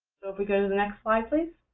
we go to the next slide, please.